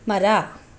ಮರ